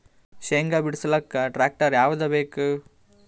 ಶೇಂಗಾ ಬಿಡಸಲಕ್ಕ ಟ್ಟ್ರ್ಯಾಕ್ಟರ್ ಯಾವದ ಬೇಕು?